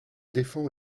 défend